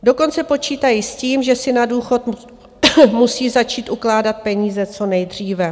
Dokonce počítají s tím, že si na důchod musí začít ukládat peníze co nejdříve.